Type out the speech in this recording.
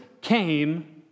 came